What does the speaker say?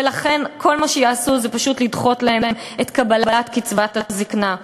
ולכן כל מה שיעשו זה פשוט לדחות להן את קבלת קצבת הזיקנה.